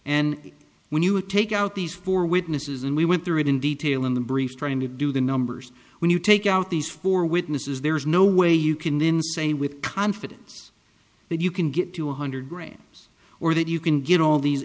and when you take out these four witnesses and we went through it in detail in the briefs trying to do the numbers when you take out these four witnesses there's no way you can then say with confidence that you can get to one hundred grams or that you can get all these